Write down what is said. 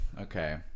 okay